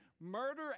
Murder